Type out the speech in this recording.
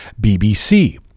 BBC